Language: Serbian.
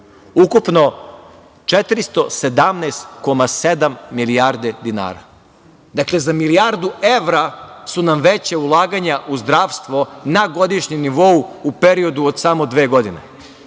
ukupno 417,7 milijardi dinara. Dakle, za milijardu evra su nam veća ulaganja u zdravstvo na godišnjem nivou u periodu od samo dve godine.